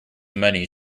many